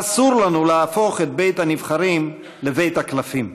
אסור לנו להפוך את בית-הנבחרים ל"בית הקלפים".